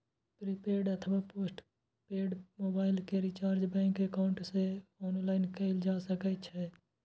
prepaid अथवा postpaid mobile के recharge bank account सं ऑनलाइन कैल जा सकै छै